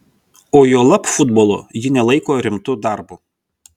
o juolab futbolo ji nelaiko rimtu darbu